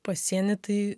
pasienį tai